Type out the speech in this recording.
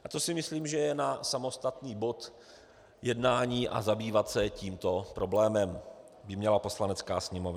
A to si myslím, že je na samostatný bod jednání a zabývat se tímto problémem by měla Poslanecká sněmovna.